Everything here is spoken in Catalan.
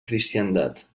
cristiandat